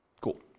Cool